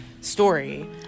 story